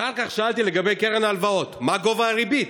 אחר כך שאלתי לגבי קרן ההלוואות: מה גובה הריבית?